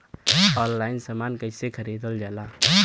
Online समान कैसे खरीदल जाला?